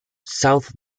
south